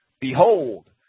Behold